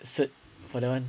cert for that one